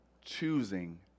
choosing